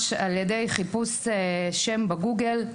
על ידי חיפוש שם בגוגל.